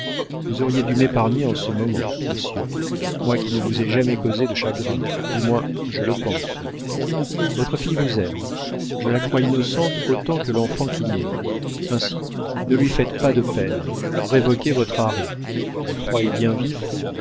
vous auriez dû m'épargner en ce moment monsieur moi qui ne vous ai jamais causé de chagrin du moins je le pense votre fille vous aime je la crois innocente autant que l'enfant qui naît ainsi ne lui faites pas de peine révoquez votre arrêt le froid est bien vif